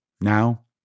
Now